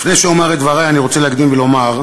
לפני שאומר את דברי, אני רוצה להקדים ולומר: